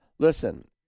listen